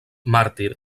màrtir